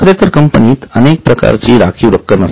खरे तर कंपनीत अनेक प्रकारची राखीव रक्कम असते